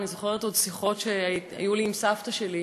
אני עוד זוכרת שיחות שהיו לי עם סבתא שלי,